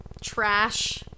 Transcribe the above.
trash